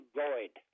void